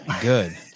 Good